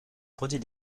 produit